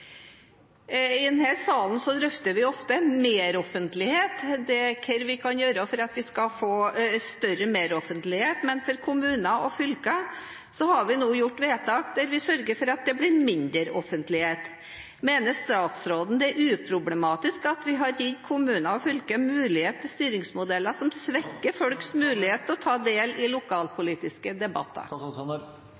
salen drøfter vi ofte hva vi kan gjøre for at vi skal få større meroffentlighet, men for kommuner og fylker har vi nå gjort vedtak der vi sørger for at det blir mindre offentlighet. Mener statsråden at det er uproblematisk at vi har gitt kommuner og fylker mulighet til styringsmodeller som svekker folks muligheter til å ta del i lokalpolitiske debatter?